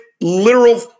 literal